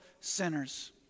sinners